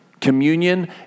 Communion